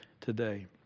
today